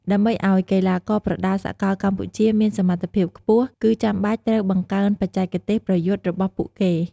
ដើម្បីឲ្យកីឡាករប្រដាល់សកលកម្ពុជាមានសមត្ថភាពខ្ពស់ គឺចាំបាច់ត្រូវបង្កើនបច្ចេកទេសប្រយុទ្ធរបស់ពួកគេ។